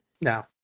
no